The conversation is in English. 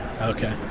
Okay